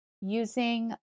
using